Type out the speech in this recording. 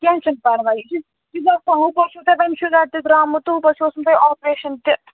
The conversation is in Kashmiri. کیٚنٛہہ چھُنہٕ پرواے یہِ چھُ یہِ چھُ آسان ہُپٲرۍ چھُو تۄہہِ وۅنۍ شُگَر تہِ درٛامُت تہٕ ہُپٲرۍ چھُ اوسمُت تۄہہِ آپریشَن تہِ